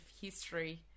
history